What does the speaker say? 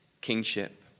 kingship